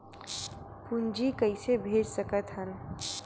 पूंजी कइसे भेज सकत हन?